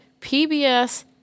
PBS